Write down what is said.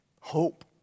hope